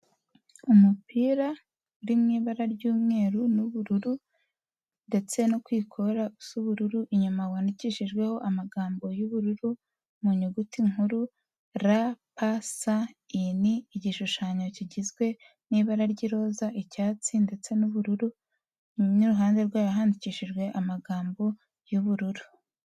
Umupira uri mu ibara ry'umweru n'ubururu, ndetse no kw'ikora usa ubururu, inyuma wandikishijweho amagambo y'ubururu mu nyuguti nkuru RPS in, igishushanyo kigizwe n'ibara ry'iroza, icyatsi ndetse n'ubururu, imyuma ku ruhande rwayo handikishijwe amagambo y'ubururu.